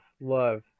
love